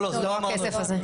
לא, לא אמרנו את זה.